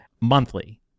Monthly